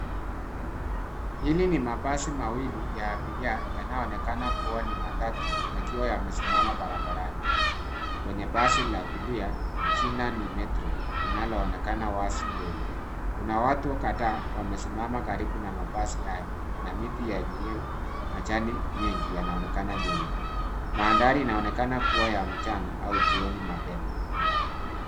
Hili ni mabasi mawili ya abiria yanayoonekana kuwa ni matatu yakiwa yamesimama barabarani. Kwenye basi la kulia, jina ni [CS ]Metro linaloonekana mbele. Watu kadhaa wanaonekana karibu na mabasi hayo na miti yenyewe majani mengi yanaonekana nyuma. Mandhari inaonekana kuwa ya mchana au jioni mapema.